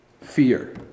fear